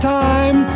time